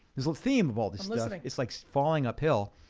there's a the theme of all this stuff. it's like falling uphill.